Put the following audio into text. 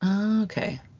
Okay